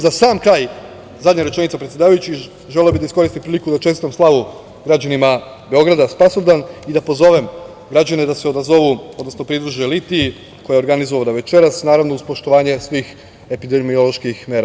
Za sam kraj, poslednja rečenica, predsedavajući, želeo bih da iskoristim priliku da čestitam slavu građanima Beograda Spasovdan i da pozovem građane da se odazovu, odnosno pridruže litiji koja je organizovana večeras, naravno uz poštovanje svih epidemioloških mera.